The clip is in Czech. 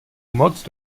moc